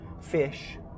fish